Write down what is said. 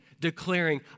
declaring